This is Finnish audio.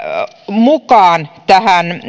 mukaan tähän